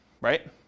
right